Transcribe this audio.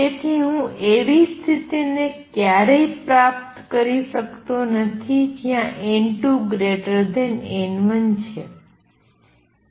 તેથી હું એવી સ્થિતિને ક્યારેય પ્રાપ્ત કરી શકતો નથી જ્યાં n2 n1 છે